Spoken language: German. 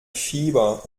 fieber